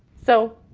so,